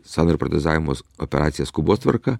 sąnario protezavimus operaciją skubos tvarka